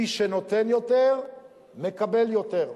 מי שנותן יותר מקבל יותר.